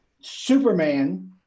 Superman